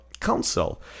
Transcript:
Council